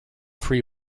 free